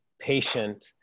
patient